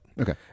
Okay